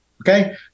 Okay